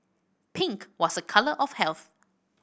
pink was a colour of health